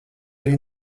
arī